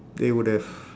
they would have